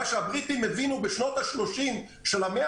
מה שהבריטים הבינו בשנות ה-30 של המאה